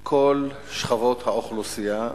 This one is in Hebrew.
כל שכבות האוכלוסייה,